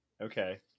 Okay